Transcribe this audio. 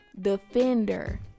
defender